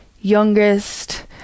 youngest